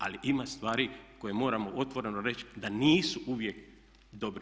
Ali ima stvari koje moramo otvoreno reći da nisu uvijek dobre.